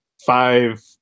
five